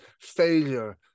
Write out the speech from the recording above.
failure